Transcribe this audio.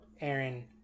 Aaron